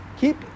Keep